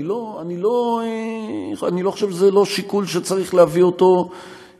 אני לא חושב שזה לא שיקול שצריך להביא אותו בחשבון.